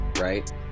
right